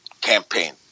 campaign